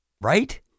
Right